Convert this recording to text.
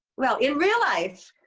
well, in real life,